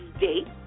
date